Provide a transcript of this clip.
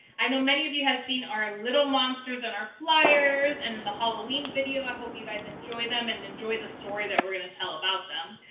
i know many of you have seen our little monsters in our flyers and in the halloween video. i hope you guys enjoy them and enjoy the story that we're gonna tell about them.